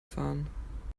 fahren